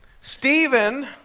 Stephen